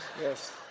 Yes